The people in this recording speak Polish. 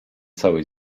cały